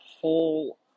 whole